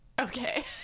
Okay